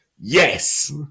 yes